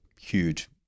huge